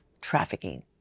trafficking